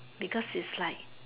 because it's like